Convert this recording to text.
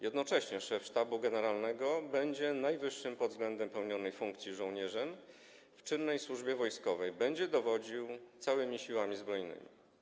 Jednocześnie szef Sztabu Generalnego będzie najwyższym pod względem pełnionej funkcji żołnierzem w czynnej służbie wojskowej, będzie dowodził całymi Siłami Zbrojnymi.